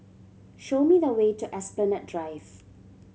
show me the way to Esplanade Drive